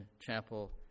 chapel